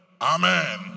Amen